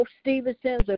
Stevenson's